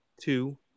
two